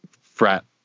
frat